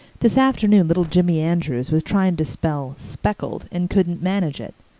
this afternoon little jimmy andrews was trying to spell speckled and couldn't manage it.